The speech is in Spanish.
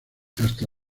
hasta